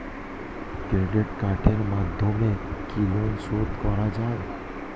Credit কার্ডের মাধ্যমে কি লোন শোধ করা যায়?